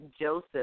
Joseph